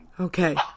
Okay